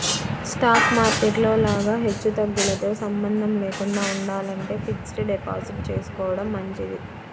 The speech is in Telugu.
స్టాక్ మార్కెట్ లో లాగా హెచ్చుతగ్గులతో సంబంధం లేకుండా ఉండాలంటే ఫిక్స్డ్ డిపాజిట్ చేసుకోడం మంచిది